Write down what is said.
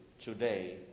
today